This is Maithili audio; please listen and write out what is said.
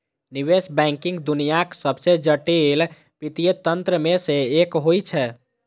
निवेश बैंकिंग दुनियाक सबसं जटिल वित्तीय तंत्र मे सं एक होइ छै